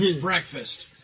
breakfast